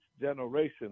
generation